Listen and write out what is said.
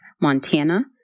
Montana